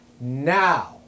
Now